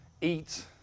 eat